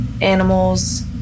animals